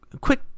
quick